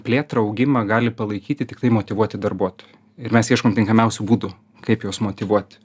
plėtrą augimą gali palaikyti tiktai motyvuoti darbuotojai ir mes ieškom tinkamiausių būdų kaip juos motyvuoti